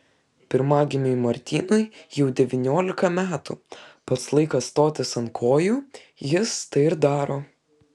pirmagimiui martynui jau devyniolika metų pats laikas stotis ant kojų jis tai ir daro